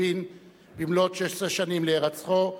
רבין במלאות שש-עשרה שנים להירצחו.